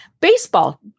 Baseball